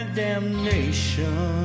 damnation